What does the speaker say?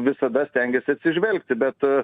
visada stengiasi atsižvelgti bet